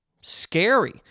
scary